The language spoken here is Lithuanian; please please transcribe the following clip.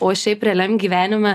o šiaip realiam gyvenime